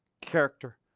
character